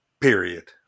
period